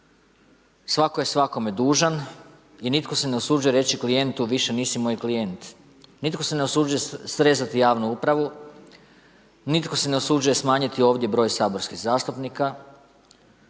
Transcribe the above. svatko je svakome dužan i nitko se ne usuđuje reći klijentu više nisi moj klijent, nitko se ne usuđuje srezati javnu upravu, nitko se ne usuđuje smanjiti ovdje broj saborskih zastupnika,